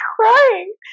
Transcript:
crying